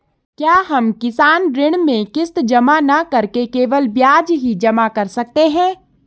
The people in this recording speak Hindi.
क्या हम किसान ऋण में किश्त जमा न करके केवल ब्याज ही जमा कर सकते हैं?